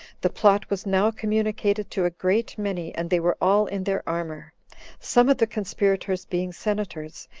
the plot was now communicated to a great many, and they were all in their armor some of the conspirators being senators,